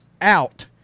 out